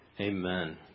Amen